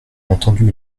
entendu